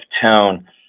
tone